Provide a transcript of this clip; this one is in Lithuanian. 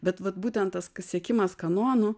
bet vat būtent tas siekimas kanonų